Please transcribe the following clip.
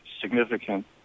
significant